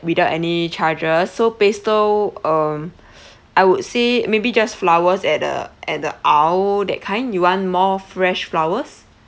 without any charges so pastel um I would say maybe just flowers at the at the aisle that kind you want more fresh flowers